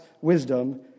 wisdom